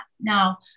Now